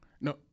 No